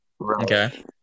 okay